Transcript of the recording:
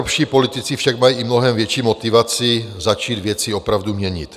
Evropští politici však mají i mnohem větší motivaci začít věci opravdu měnit.